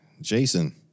Jason